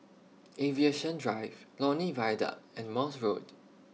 Aviation Drive Lornie Viaduct and Morse Road